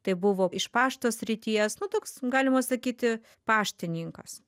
tai buvo iš pašto srities nu toks galima sakyti paštininkas